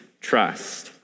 trust